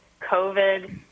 COVID